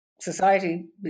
society